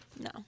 No